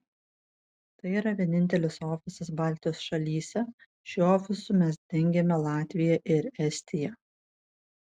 tai yra vienintelis ofisas baltijos šalyse šiuo ofisu mes dengiame latviją ir estiją